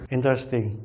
Interesting